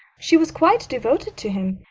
she was quite devoted to him.